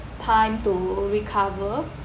time to recover